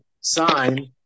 sign